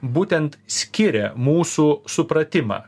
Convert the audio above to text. būtent skiria mūsų supratimą